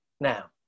Now